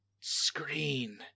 screen